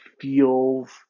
feels